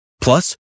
Plus